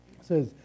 says